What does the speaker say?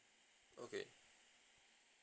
okay